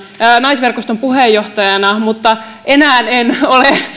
naisverkoston puheenjohtajana mutta enää en ole